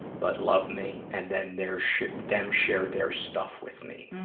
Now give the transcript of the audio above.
but love me, and then their sha, them share their stuff with me.